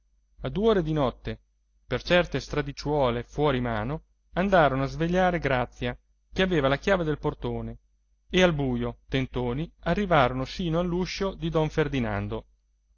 a due ore di notte per certe stradicciuole fuori mano andarono a svegliare grazia che aveva la chiave del portone e al buio tentoni arrivarono sino all'uscio di don ferdinando